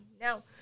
now